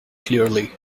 clearly